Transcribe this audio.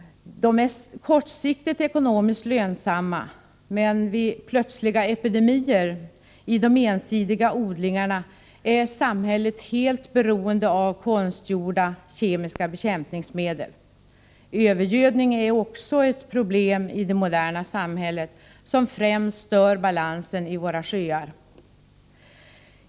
Dessa är kortsiktigt ekonomiskt lönsamma, men vid plötsliga epidemier i dessa ensidiga odlingar är samhället helt beroende av konstgjorda, kemiska bekämpningsmedel. Övergödning är också ett problem i det moderna samhället, ett problem som främst stör balansen i våra sjöar.